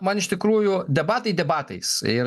man iš tikrųjų debatai debatais ir